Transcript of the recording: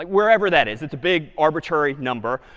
wherever that is. it's a big arbitrary number.